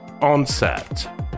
onset